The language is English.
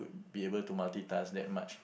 be able to multi-task that much